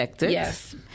Yes